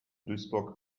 duisburg